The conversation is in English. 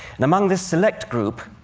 and among this select group,